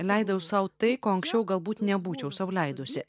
leidau sau tai ko anksčiau galbūt nebūčiau sau leidusi